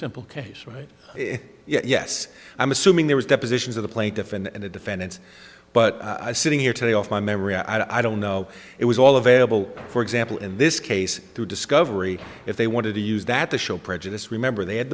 simple case right yes i'm assuming there was depositions of the plaintiff and the defendants but i sitting here today off my memory i don't know it was all available for example in this case through discovery if they wanted to use that to show prejudice remember they had